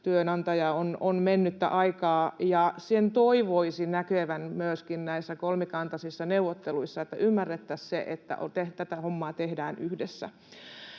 työnantaja, on mennyttä aikaa, ja sen toivoisi näkyvän myöskin näissä kolmikantaisissa neuvotteluissa, että ymmärrettäisiin se, että tätä hommaa tehdään yhdessä.